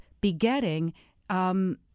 begetting